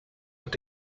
were